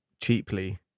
cheaply